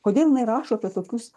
kodėl jinai rašo apie tokius